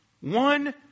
one